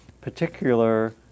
particular